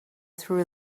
threw